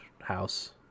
house